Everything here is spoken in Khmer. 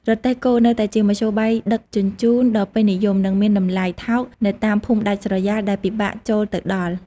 រទេះគោ នៅតែជាមធ្យោបាយដឹកជញ្ជូនដ៏ពេញនិយម និងមានតម្លៃថោកនៅតាមភូមិដាច់ស្រយាល ដែលពិបាកចូលទៅដល់។